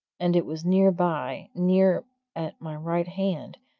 and it was near by near at my right hand,